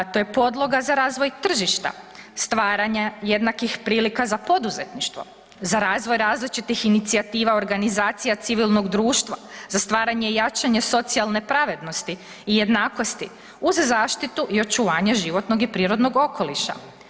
To je podloga za razvoj tržišta, stvaranja jednakih prilika za poduzetništvo, za razvoj različitih inicijativa organizacija civilnog društva, za stvaranje i jačanje socijalne pravednosti i jednakosti uz zaštitu i očuvanje životnog i prirodnog okoliša.